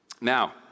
Now